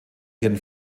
ihren